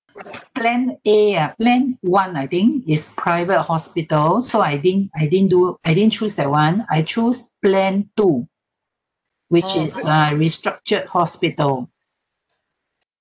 plan a ah plan one I think is private hospitals so I think I didn't do I didn't choose that [one] I choose plan two which is uh restructured hospital